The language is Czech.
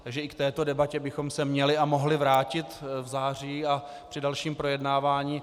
Takže i k této debatě bychom se měli a mohli vrátit v září a při dalším projednávání.